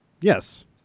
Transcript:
Yes